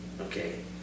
okay